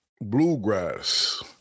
bluegrass